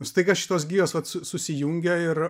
staiga šitos gijos vat su susijungia ir